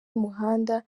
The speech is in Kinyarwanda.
y’umuhanda